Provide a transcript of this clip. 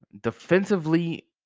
Defensively